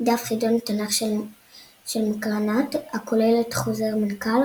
דף חידון התנ"ך של מקראנט הכולל את חוזר מנכ"ל,